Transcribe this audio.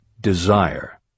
Desire